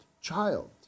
child